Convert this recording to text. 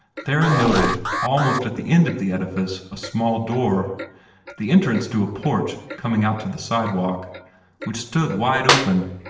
theron noted, almost at the end of the edifice, a small door the entrance to a porch coming out to the sidewalk which stood wide open.